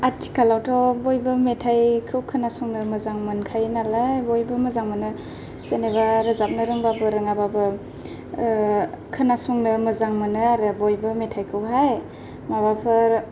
आथिखालावथ' बयबो मेथाइखौ खोनासंनो मोजां मोनखायो नालाय बयबो मोजां मोनो जेनेबा रोजाबनो रोंबाबो रोङाबाबो खोनासंनो मोजां मोनो आरो बयबो मेथाइखौहाय माबाफोर